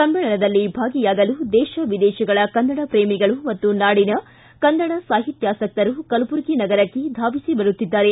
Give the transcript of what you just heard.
ಸಮ್ಮೇಳನದಲ್ಲಿ ಭಾಗಿಯಾಗಲು ದೇಶ ವಿದೇಶಗಳ ಕನ್ನಡ ಪ್ರೇಮಿಗಳು ಮತ್ತು ನಾಡಿನ ಕನ್ನಡ ಸಾಹಿತ್ಯಾಸಕ್ತರು ಕಲಬುರಗಿ ನಗರಕ್ಕೆ ಧಾವಿಸಿ ಬರುತಿದ್ದಾರೆ